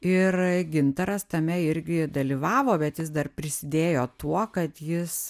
ir gintaras tame irgi dalyvavo bet jis dar prisidėjo tuo kad jis